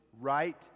right